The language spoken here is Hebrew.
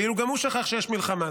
כאילו גם הוא שכח שיש מלחמה.